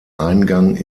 eingang